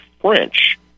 French